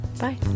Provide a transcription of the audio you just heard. Bye